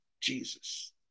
Jesus